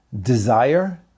desire